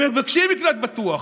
הם מבקשים מקלט בטוח,